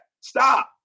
Stop